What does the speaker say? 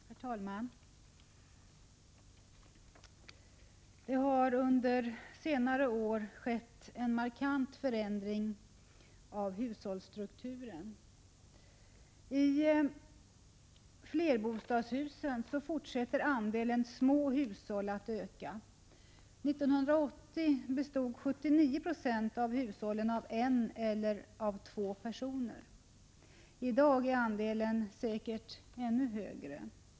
Herr talman! Det har under senare år skett en markant förändring av hushållsstrukturen. I flerbostadshusen fortsätter andelen små hushåll att öka. År 1980 bestod 79 96 av hushållen av en eller två personer. I dag är andelen säkert ännu högre.